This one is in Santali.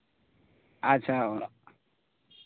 ᱟᱪᱪᱷᱟ ᱚᱲᱟᱜ